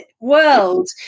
world